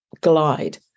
glide